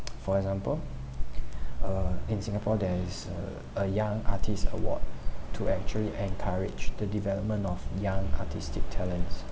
for example uh in singapore there is a a young artist award to actually encouraged the development of young artistic talents